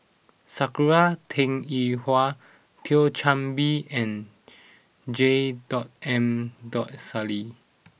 Sakura Teng Ying Hua Thio Chan Bee and J dot M dot Sali